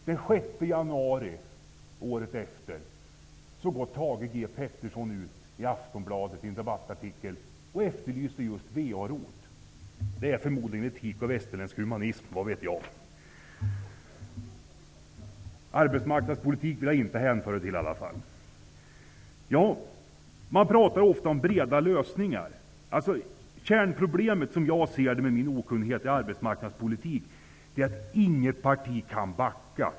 Den 6 januari året därpå går Thage G Peterson ut i en debattartikel i Aftonbladet och efterlyser just VA ROT. Det är förmodligen en typ av västerländsk humanism -- vad vet jag. Jag vill i alla fall inte hänföra det till arbetsmarknadspolitik. Det talas ofta om breda lösningar. Kärnproblemet, som jag ser det med min okunnighet i arbetsmarknadspolitik, är att inget parti kan backa.